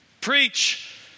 Preach